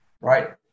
right